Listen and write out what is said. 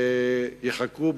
יחכו,